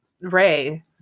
Ray